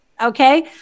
Okay